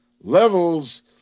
levels